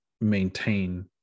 maintain